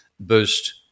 boost